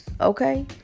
Okay